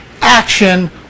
Action